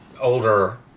older